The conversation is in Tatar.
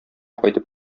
кайтып